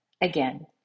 Again